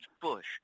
Bush